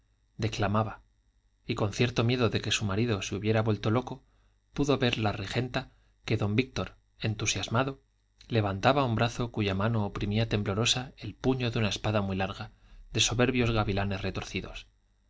declamaba y con cierto miedo de que su marido se hubiera vuelto loco pudo ver la regenta que don víctor entusiasmado levantaba un brazo cuya mano oprimía temblorosa el puño de una espada muy larga de soberbios gavilanes retorcidos